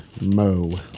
Mo